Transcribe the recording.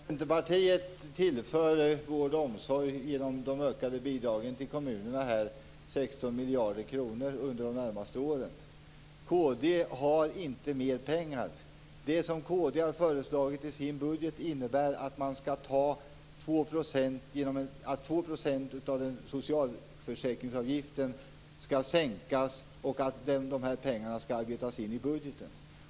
Fru talman! Centerpartiet tillför vård och omsorg genom de ökade bidragen till kommunerna 16 miljarder under de närmaste åren. Kd har inte mer pengar. Det som kd har föreslagit i sin budget innebär att socialförsäkringsavgiften skall sänkas med 2 % och att de pengarna skall arbetas in i budgeten.